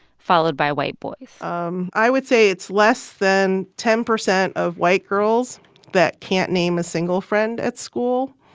followed by white boys um i would say it's less than ten percent of white girls that can't name a single friend at school.